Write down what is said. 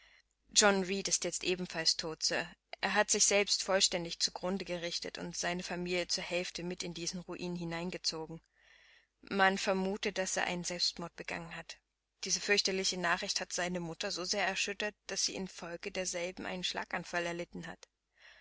john reed ist jetzt ebenfalls tot sir er hat sich selbst vollständig zu grunde gerichtet und seine familie zur hälfte mit in diesen ruin hineingezogen man vermutet daß er einen selbstmord begangen hat diese fürchterliche nachricht hat seine arme mutter so sehr erschüttert daß sie infolge derselben einen schlaganfall erlitten hat